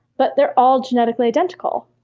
but they're all genetically identical.